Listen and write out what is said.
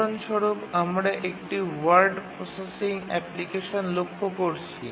উদাহরণস্বরূপ আমরা একটি ওয়ার্ড প্রসেসিং অ্যাপ্লিকেশন লক্ষ্য করছি